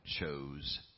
chose